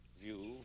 view